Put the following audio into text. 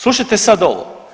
Slušajte sad ovo.